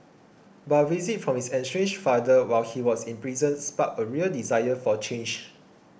but a visit from his estranged father while he was in prison sparked a real desire for change